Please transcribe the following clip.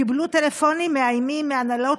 הם קיבלו טלפונים מאיימים מההנהלות